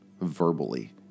verbally